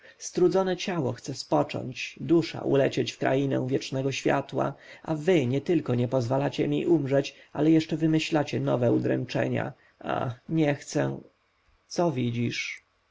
strudzone ciało chce spocząć dusza ulecieć w krainę wiecznego światła a wy nietylko nie pozwalacie mi umrzeć ale jeszcze wymyślacie nowe udręczenia ach nie chcę co widzisz